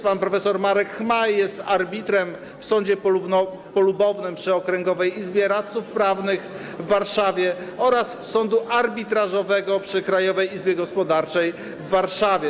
Pan prof. Marek Chmaj jest również arbitrem w sądzie polubownym przy Okręgowej Izbie Radców Prawnych w Warszawie oraz Sądu Arbitrażowego przy Krajowej Izbie Gospodarczej w Warszawie.